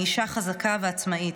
אני אישה חזקה ועצמאית.